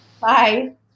Bye